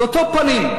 זה אותם פנים.